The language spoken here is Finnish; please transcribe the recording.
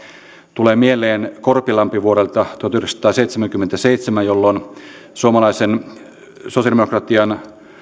tulee mieleen korpilampi vuodelta tuhatyhdeksänsataaseitsemänkymmentäseitsemän jolloin suomalaisen sosialidemokratian